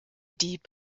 dieb